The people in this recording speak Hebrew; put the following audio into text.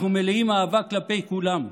אנחנו מלאים אהבה כלפי כולם,